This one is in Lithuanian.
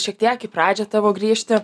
šiek tiek į pradžią tavo grįžti